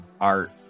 art